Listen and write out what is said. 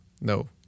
No